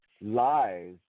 lies